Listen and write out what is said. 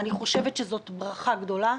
זאת ברכה גדולה.